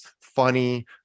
funny